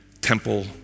temple